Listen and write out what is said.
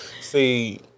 See